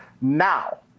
Now